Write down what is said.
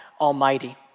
Almighty